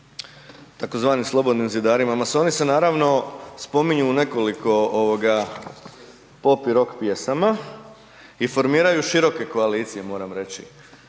tzv. slobodnim zidarima, masoni se naravno spominju u nekoliko pop i rok pjesama i formiraju široke koalicije moram reći.